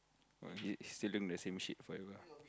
he still doing the same shit forever